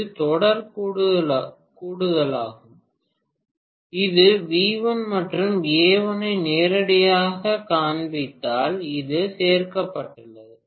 இது தொடர் கூடுதலாகும் இது V1 மற்றும் A1 ஐ நேரடியாகக் காண்பிப்பதால் இது சேர்க்கப்பட்டுள்ளது